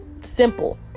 simple